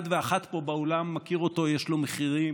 ואחת פה באולם מכירים אותו: יש לו מחירים,